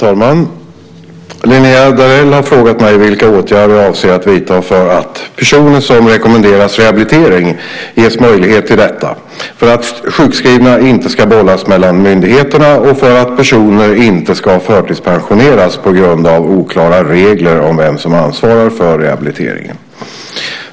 Herr talman! Linnéa Darell har frågat mig vilka åtgärder jag avser att vidta för att personer som rekommenderas rehabilitering ges möjlighet till detta, för att sjukskrivna inte ska bollas mellan myndigheterna och för att personer inte ska förtidspensioneras på grund av oklara regler om vem som ansvarar för rehabiliteringen.